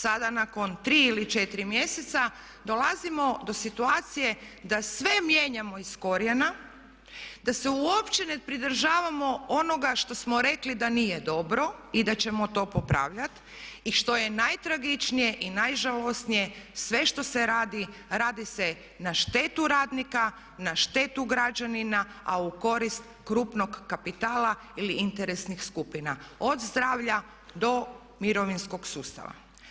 Sada nakon 3 ili 4 mjeseca dolazimo do situacije da sve mijenjamo iz korijenja, da se uopće ne pridržavamo onoga što smo rekli da nije dobro i da ćemo to popravljati i što je najtragičnije i najžalosnije sve što se radi radi se na štetu radnika, na štetu građanina a u korist krupnog kapitala ili interesnih skupina od zdravlja do mirovinskog sustava.